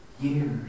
years